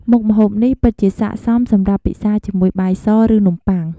មុខម្ហូបនេះពិតជាស័ក្តិសមសម្រាប់ពិសាជាមួយបាយស ឬនំប៉័ង។